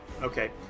Okay